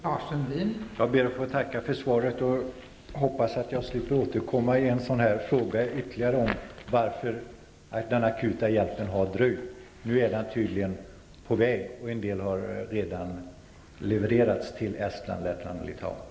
Fru talman! Jag ber att få tacka för svaret, och jag hoppas att jag slipper återkomma med ytterligare en fråga om varför den akuta hjälpen har dröjt. Nu är hjälpen tydligen på väg, och en del har redan levererats till Estland, Lettland och Litauen.